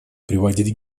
приводить